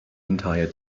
entire